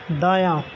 دایاں